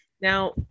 Now